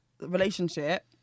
relationship